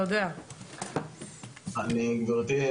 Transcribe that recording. גבירתי,